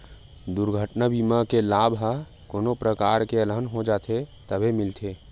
दुरघटना बीमा के लाभ ह कोनो परकार ले अलहन हो जाथे तभे मिलथे